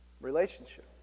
Relationship